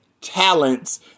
talents